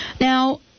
Now